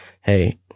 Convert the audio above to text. hey